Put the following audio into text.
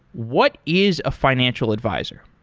what is a financial advisor?